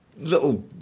little